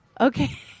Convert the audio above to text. Okay